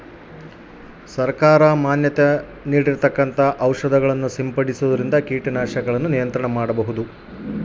ಕೇಟನಾಶಕಗಳ ನಿಯಂತ್ರಣ ಮಾಡೋಕೆ ಸರಕಾರದಿಂದ ಯಾವ ಕಾರ್ಯಕ್ರಮ ಇದಾವ?